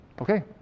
Okay